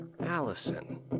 Allison